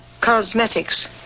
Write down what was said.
cosmetics